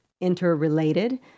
interrelated